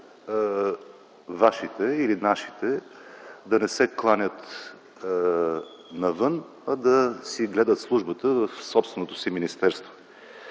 „вашите” или „нашите” да не се кланят навън, а да си гледат службата в собственото си министерство.